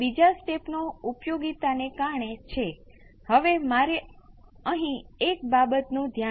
હવે આપણે જો SCR 1 મૂકો તો તમને અહી અનંત મળશે